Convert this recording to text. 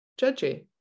judgy